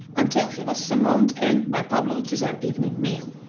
until he was summoned in by pablo to their evening meal.